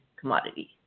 commodity